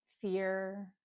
fear